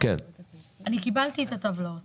אני קיבלתי את הטבלאות